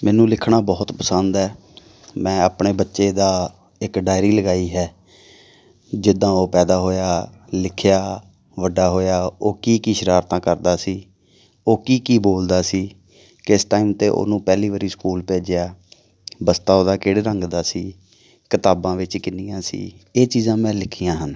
ਮੈਨੂੰ ਲਿਖਣਾ ਬਹੁਤ ਪਸੰਦ ਹੈ ਮੈਂ ਆਪਣੇ ਬੱਚੇ ਦਾ ਇੱਕ ਡਾਇਰੀ ਲਗਾਈ ਹੈ ਜਿੱਦਾਂ ਉਹ ਪੈਦਾ ਹੋਇਆ ਲਿਖਿਆ ਵੱਡਾ ਹੋਇਆ ਉਹ ਕੀ ਕੀ ਸ਼ਰਾਰਤਾਂ ਕਰਦਾ ਸੀ ਉਹ ਕੀ ਕੀ ਬੋਲਦਾ ਸੀ ਕਿਸ ਟਾਈਮ 'ਤੇ ਉਹਨੂੰ ਪਹਿਲੀ ਵਾਰੀ ਸਕੂਲ ਭੇਜਿਆ ਬਸਤਾ ਉਹਦਾ ਕਿਹੜੇ ਰੰਗ ਦਾ ਸੀ ਕਿਤਾਬਾਂ ਵਿੱਚ ਕਿੰਨੀਆਂ ਸੀ ਇਹ ਚੀਜ਼ਾਂ ਮੈਂ ਲਿਖੀਆਂ ਹਨ